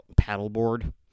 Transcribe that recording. paddleboard